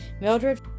Mildred